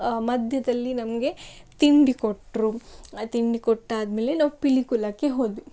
ಮಧ್ಯದಲ್ಲಿ ನಮಗೆ ತಿಂಡಿ ಕೊಟ್ಟರು ಆ ತಿಂಡಿ ಕೊಟ್ಟಾದಮೇಲೆ ನಾವು ಪಿಲಿಕುಲಕ್ಕೆ ಹೋದ್ವಿ